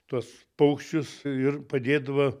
tuos paukščius ir padėdavo